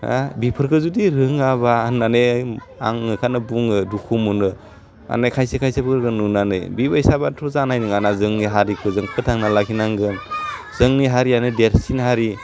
होह बिफोरखौ जुदि रोङाबा होन्नानै आं ओखायनो बुङो दुखु मोनो माने खायसे खायसेफोरखो नुनानौ बिबायसाबाथ' जानाय नोङाना जोंनि हारिखो जों फोथांना लाखिनांगोन जोंनि हारियानो देरसिन हारि